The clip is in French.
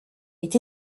est